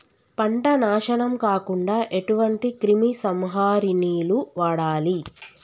పంట నాశనం కాకుండా ఎటువంటి క్రిమి సంహారిణిలు వాడాలి?